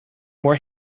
where